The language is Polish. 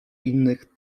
innych